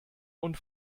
und